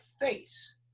face